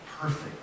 perfect